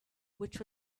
which